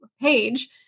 page